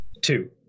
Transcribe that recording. two